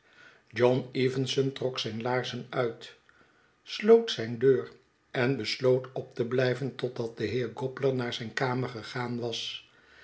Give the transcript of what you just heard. john evenson trok zijn laarzen uit sloot zijn deur en besloot op te blijven totdat de heer gobler naar zijn kamer gegaan was